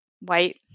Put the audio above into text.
white